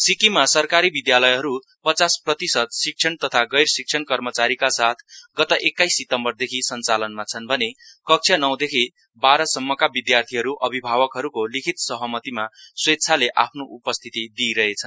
सिक्किममा सरकारी विधालयहरू पचास प्रतिशत शिक्षण तथा गैर शिक्षण कमचारीका साथ गत एक्काइस सितम्बर देखि सञ्चालनमा छन् भने कक्षा नौदेखि बार सम्मका विधार्थीहरू अभिभावकहरूको लिखित सहमतिमा स्वेच्छाले आफ्नो उपस्थिति दिइरहे छन्